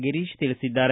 ಗಿರೀಶ್ ತಿಳಿಸಿದ್ದಾರೆ